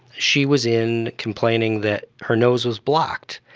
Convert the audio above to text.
she was in complaining that her nose was blocked,